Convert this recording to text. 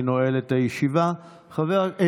היושב-ראש,